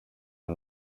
are